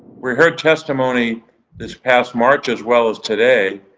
we heard testimony this past march, as well as today,